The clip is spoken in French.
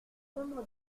sombre